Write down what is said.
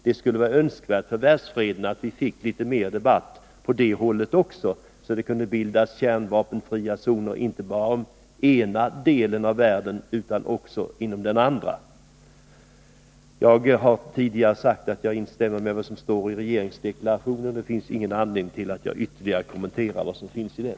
Det vore önskvärt för världsfreden att få en sådan debatt på det området också, så att kärnvapenfria zoner kunde bildas, inte bara av den ena delen av världen, utan också av den andra. Jag har tidigare sagt att jag instämmer med vad som står i regeringsdeklarationen, varför det inte finns någon anledning för mig att ytterligare kommentera innehållet i den.